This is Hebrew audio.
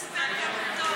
הוא מספר כמה הוא טוב.